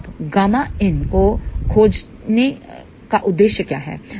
तो अब Ƭin को खोजने का उद्देश्य क्या है